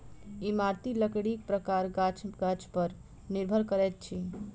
इमारती लकड़ीक प्रकार गाछ गाछ पर निर्भर करैत अछि